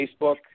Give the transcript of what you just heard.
Facebook